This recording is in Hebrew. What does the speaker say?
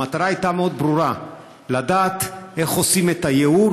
המטרה הייתה מאוד ברורה: לדעת איך עושים ייעור